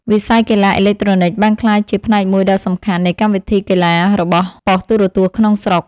វិស័យកីឡាអេឡិចត្រូនិកបានក្លាយជាផ្នែកមួយដ៏សំខាន់នៃកម្មវិធីកីឡារបស់ប៉ុស្តិ៍ទូរទស្សន៍ក្នុងស្រុក។